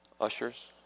Ushers